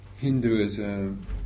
Hinduism